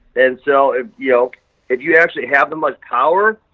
and so, if yeah ah if you actually have the most power,